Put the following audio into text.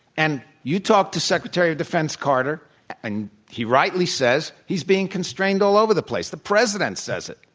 and you talk to secretary of defense carter and he rightly says he's being constrained all over the place. the president says it.